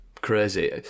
crazy